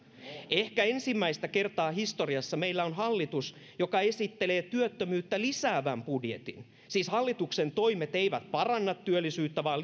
ehkä ensimmäistä kertaa historiassa meillä on hallitus joka esittelee työttömyyttä lisäävän budjetin siis hallituksen toimet eivät paranna työllisyyttä vaan